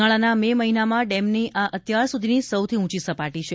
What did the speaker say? ઉનાળાના મે મહિનામાં ડેમની આ અત્યારસુધીની સૌથી ઉંચી સપાટી છે